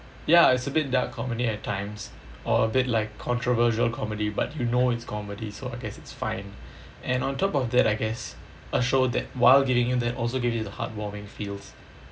ya it's a bit dark comedy at times or a bit like controversial comedy but you know it's comedy so I guess it's fine and on top of that I guess a show that while giving you that also give you a heartwarming feels